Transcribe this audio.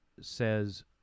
says